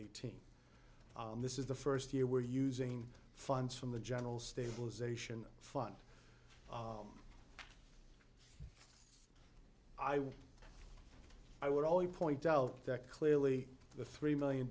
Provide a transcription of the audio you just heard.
eighteen this is the first year we're using funds from the general stabilization fund i would i would always point out that clearly the three million